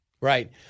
Right